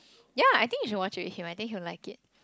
ya I think you should watch it with him I think he will like it